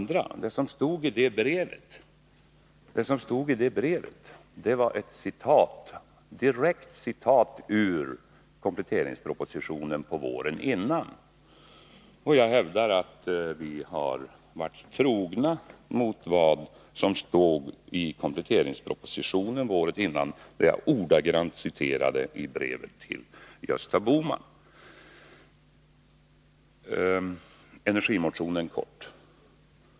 Det som stod i det brevet var ett direkt citat ur kompletteringspropositionen våren innan. Jag hävdar att vi har varit trogna mot vad som stod i kompletteringspropositionen, som jag ordagrant citerat i ett brev till Gösta Bohman. Helt kort något om energimotionen.